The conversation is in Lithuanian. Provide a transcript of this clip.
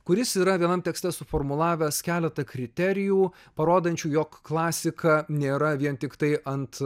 kuris yra vienam tekste suformulavęs keleta kriterijų parodančių jog klasika nėra vien tiktai ant